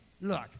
Look